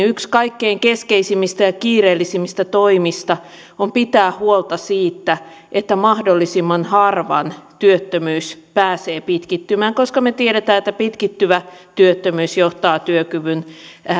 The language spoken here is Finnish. yksi kaikkein keskeisimmistä ja kiireellisimmistä toimista on pitää huolta siitä että mahdollisimman harvan työttömyys pääsee pitkittymään koska me tiedämme että pitkittyvä työttömyys johtaa